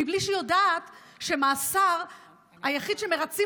מבלי שהיא יודעת שהמאסר היחיד שמרצים